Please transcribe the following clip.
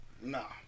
Nah